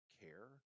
care